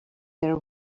their